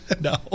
No